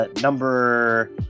Number